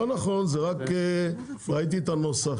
לא נכון, ראיתי את הנוסח.